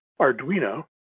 Arduino